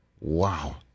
Wow